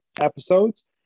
episodes